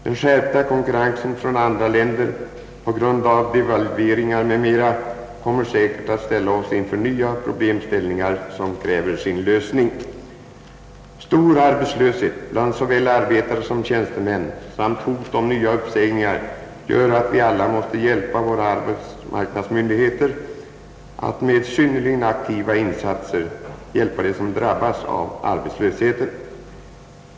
Den skärpta konkurrensen från andra länder på grund av devalveringar m.m. kommer säkert att ställa oss inför nya problemställningar som kräver sin lösning. Stor arbetslöshet bland såväl arbetare som tjänstemän samt hot om nya uppsägningar gör att vi alla måste hjälpa våra arbetsmarknadsmyndigheter att synnerligen aktivt bistå dem som drabbas av arbetslösheten.